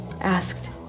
asked